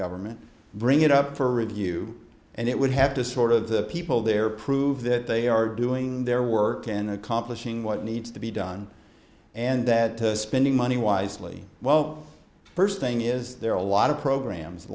government bring it up for review and it would have to sort of the people there prove that they are doing their work in accomplishing what needs to be done and that spending money wisely well first thing is there are a lot of programs a